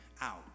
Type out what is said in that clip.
out